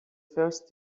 first